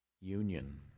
union